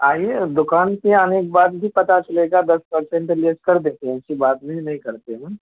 آئیے دکان پہ آنے کے بعد ہی پتہ چلے گا دس پرسنٹ لیس کر دیتے ہیں ایسی بات نہیں ہے نہیں کرتے ہیں